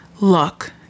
Look